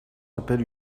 appelle